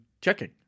checking